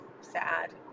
sad